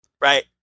right